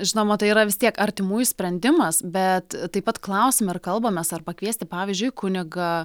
žinoma tai yra vis tiek artimųjų sprendimas bet taip pat klausiam ir kalbamės ar pakviesti pavyzdžiui kunigą